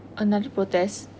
another protest